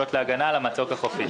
ולפעולות הגנה על המצוק החופי.